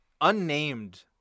unnamed